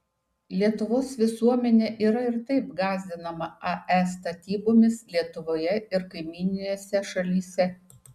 lietuvos visuomenė yra ir taip gąsdinama ae statybomis lietuvoje ir kaimyninėse šalyse